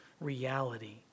reality